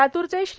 लातूरचे श्री